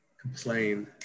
complain